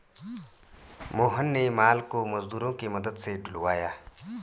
मोहन ने माल को मजदूरों के मदद से ढूलवाया